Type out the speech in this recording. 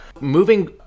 moving